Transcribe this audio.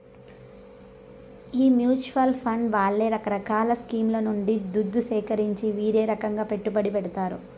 ఈ mutual fund వాళ్లే రకరకాల స్కీంల నుండి దుద్దు సీకరించి వీరే రకంగా పెట్టుబడి పెడతారు